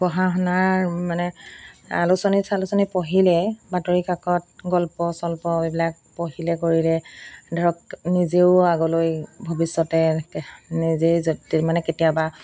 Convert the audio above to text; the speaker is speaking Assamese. পঢ়া শুনাৰ মানে আলোচনীত চালোচনী পঢ়িলে বাতৰি কাকত গল্প চল্প এইবিলাক পঢ়িলে কৰিলে ধৰক নিজেও আগলৈ ভৱিষ্যতে নিজেই যাতে মানে কেতিয়াবা